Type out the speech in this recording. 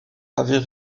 avait